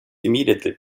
immediately